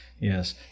Yes